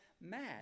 mad